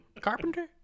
Carpenter